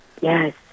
Yes